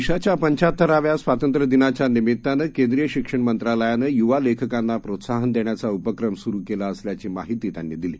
देशाच्या पंचाहत्तराव्या स्वातंत्र्यदिनाच्या निमीत्तानं केंद्रीय शिक्षण मंत्रालयानं युवा लेखकांना प्रोत्साहन देण्याचा उपक्रम सुरु केला असल्याची माहिती त्यांनी दिली